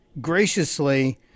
graciously